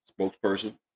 spokesperson